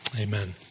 Amen